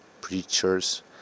preachers